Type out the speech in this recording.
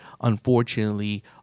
Unfortunately